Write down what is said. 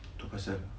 itu pasal